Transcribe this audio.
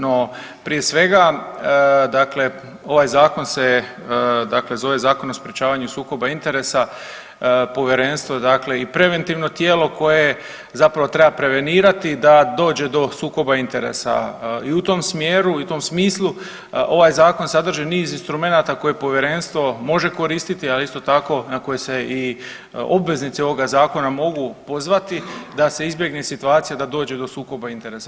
No, prije svega dakle ovaj Zakon se dakle zove Zakon o sprječavanju sukoba interesa, Povjerenstvo je dakle i preventivno tijelo koje zapravo treba prevenirati da dođe do sukoba interesa i u tom smjeru i tom smislu ovaj Zakon sadrži niz instrumenata koje Povjerenstvo može koristiti, a isto tako, na koji se i obveznici ovoga Zakona mogu pozvati da se izbjegne situacija da se izbjegne situacija da dođe do sukoba interesa.